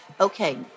Okay